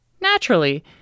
Naturally